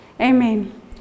Amen